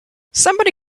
somebody